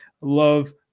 love